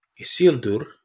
Isildur